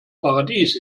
paradies